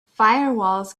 firewalls